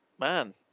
man